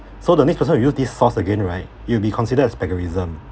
so the next person who use this source again right it will be considered as plagiarism